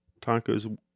Tacos